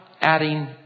adding